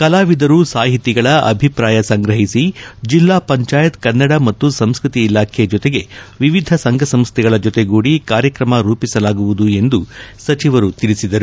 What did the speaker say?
ಕಲಾವಿದರ ಸಾಹಿತಿಗಳ ಅಭಿಪ್ರಾಯ ಸಂಗ್ರಹಿಸಿ ಜಿಲ್ಲಾ ಪಂಚಾಯತ್ ಕನ್ನಡ ಮತ್ತು ಸಂಸ್ಕೃತಿ ಇಲಾಖೆ ಜೊತೆಗೆ ವಿವಿಧ ಸಂಘ ಸಂಸ್ಥೆಗಳ ಜೊತೆಗೂಡಿ ಕಾರ್ಯಕ್ರಮ ರೂಪಿಸಲಾಗುವುದು ಎಂದು ಅವರು ಹೇಳಿದರು